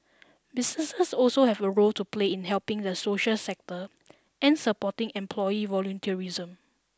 businesses also have a role to play in helping the social sector and supporting employee volunteerism